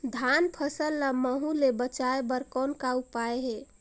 धान फसल ल महू ले बचाय बर कौन का उपाय हे?